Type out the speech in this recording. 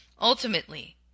Ultimately